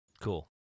Cool